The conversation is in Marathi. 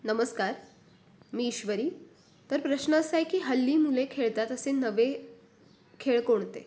नमस्कार मी ईश्वरी तर प्रश्न असा आहे की हल्ली मुले खेळतात असे नवे खेळ कोणते